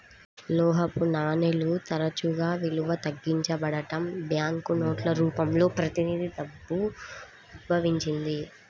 లోహపు నాణేలు తరచుగా విలువ తగ్గించబడటం, బ్యాంకు నోట్ల రూపంలో ప్రతినిధి డబ్బు ఉద్భవించింది